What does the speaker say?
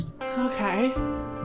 Okay